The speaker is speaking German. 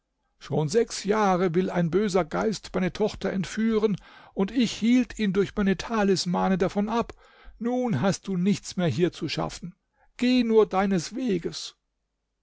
schon sechs jahre will ein böser geist meine tochter entführen und ich hielt ihn durch meine talismane davon ab nun hast du nichts mehr hier zu schaffen geh nur deines weges